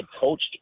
coached